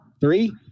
three